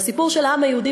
והסיפור של העם היהודי,